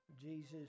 Jesus